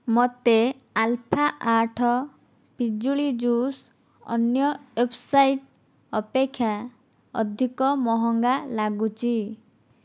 ମୋତେ ଆଲଫା ଆଠ ପିଜୁଳି ଜୁସ୍ ଅନ୍ୟ ୱେବ୍ସାଇଟ୍ ଅପେକ୍ଷା ଅଧିକ ମହଙ୍ଗା ଲାଗୁଛି